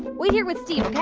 wait here with steve, ok?